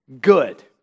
good